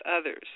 others